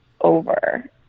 over